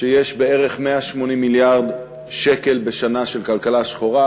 שיש בערך 180 מיליארד שקל בשנה של כלכלה שחורה,